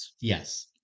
Yes